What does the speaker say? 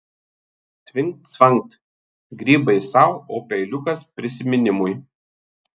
cvingt cvangt grybai sau o peiliukas prisiminimui